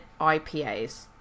IPAs